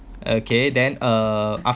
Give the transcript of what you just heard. okay then uh